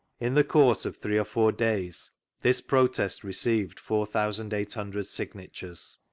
in the course of three or four days this protest received four thousand eight hundred signatures.